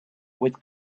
with